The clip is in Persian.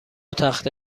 تخته